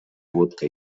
łódkę